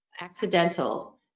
accidental